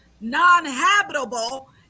non-habitable